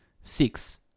Six